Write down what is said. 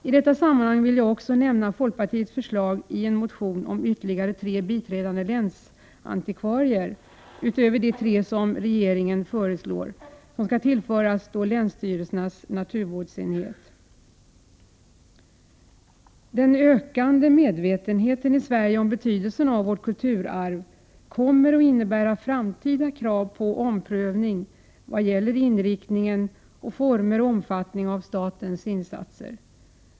I detta sammanhang vill jag också nämna att folkpartiet i en motion har föreslagit att tre biträdande länsantikvarier, utöver de tre som regeringen föreslår, skall tillföras länsstyrelsernas naturvårdsenhet. Den ökande medvetenheten i Sverige om betydelsen av vårt kulturarv kommer att innebära framtida krav på omprövning vad gäller inriktning, former och omfattning av statens insatser.